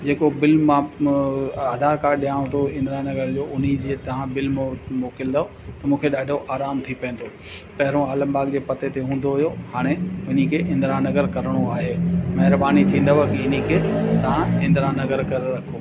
जेको बिल मां आधार कार्ड ॾियांव थो इंदिरा नगर जो उन जे तव्हां बिल मो मोकिलींदव त मूंखे ॾाढो आराम थी पवंदो पहिरों आलमबाग़ जे पते ते हूंदो हुओ हाणे इन खे इंदिरा नगर करिणो आहे महिरबानी थींदव की इन खे तव्हां इंदिरा नगर करे रखो